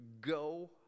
go